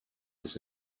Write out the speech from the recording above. his